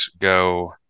go